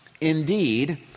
Indeed